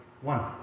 one